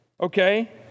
okay